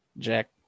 jack